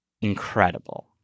incredible